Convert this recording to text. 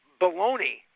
baloney